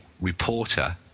reporter